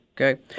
Okay